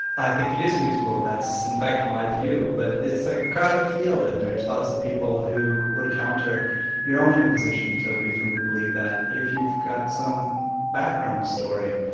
i think it is reasonable. that's in fact my view, but it's a crowded field, and there's lots of people who would counter you know knowing a position to reasonably believe that if you've got some background story.